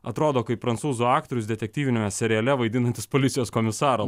atrodo kaip prancūzų aktorius detektyviniame seriale vaidinantis policijos komisarą